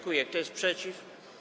Kto jest przeciw?